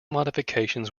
modifications